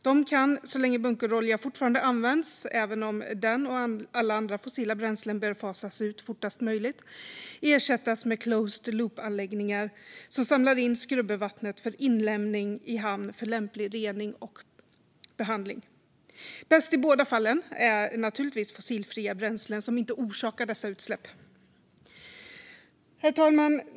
De kan - så länge bunkerolja fortfarande används, även om den och alla andra fossila bränslen bör fasas ut fortast möjligt - ersättas med closed loop-anläggningar som samlar in skrubbervattnet för inlämning i hamn för lämplig rening och behandling. Bäst i båda fallen är naturligtvis fossilfria bränslen som inte orsakar dessa utsläpp. Herr talman!